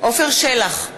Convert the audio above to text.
עפר שלח,